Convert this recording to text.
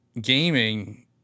gaming